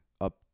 up